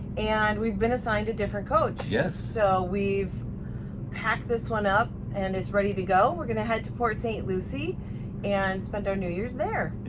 and we've been assigned a different coach. yes. so we've packed this one up and it's ready to go. we're gonna head to port st. lucy and spend our new year's there.